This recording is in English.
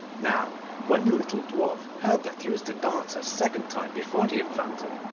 now when the little dwarf heard that he was to dance a second time before the infanta,